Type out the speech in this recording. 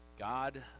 God